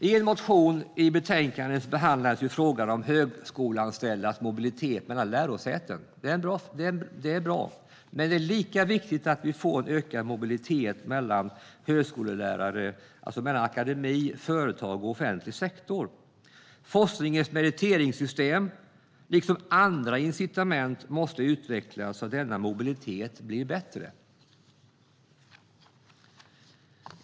I en motion behandlas frågan om högskoleanställdas mobilitet mellan lärosätena. Det är naturligtvis viktigt, men lika viktigt är att vi får en mobilitet för högskolelärare mellan akademi, företag och offentlig sektor. Forskningens meriteringssystem, liksom andra incitament, måste utvecklas så att denna mobilitet blir bättre.